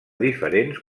diferents